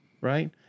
right